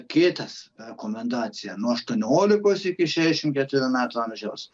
kitas rekomendacija nuo aštuoniolikos iki šešiasdešimt ketverių metų amžiaus